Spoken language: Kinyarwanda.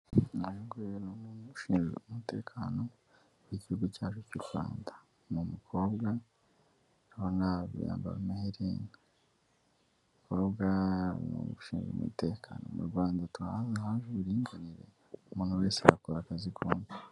Uyu nguyu rero ni ushinzwe umutekano w'igihugu cyacu cy'u Rwanda. Ni umukobwa ndabona yambaye amahaerana; umukobwa ushinzwe umutekano mu Rwanda tuba hamwe haje uburinganire umuntu wese akora akazi kose.